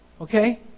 Okay